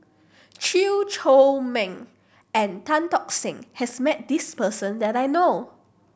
Chew Chor Meng and Tan Tock Seng has met this person that I know of